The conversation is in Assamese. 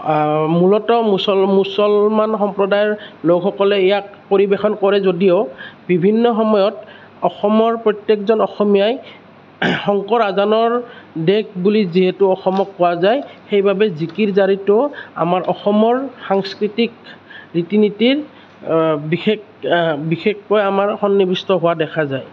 মূলত মুছল মুছলমান সম্প্ৰদায়ৰ লোকসকলে ইয়াক পৰিবেশন কৰে যদিও বিভিন্ন সময়ত অসমৰ প্ৰত্যেকজন অসমীয়াই শংকৰ আজানৰ দেশ বুলি যিহেতু অসমক কোৱা যায় সেইবাবেই জিকিৰ জাৰীতোও আমাৰ অসমৰ সাংস্কৃতিক ৰীতি নীতিৰ বিশেষ বিশেষকৈ আমাৰ সন্নিৱিষ্ট হোৱা দেখা যায়